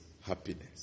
happiness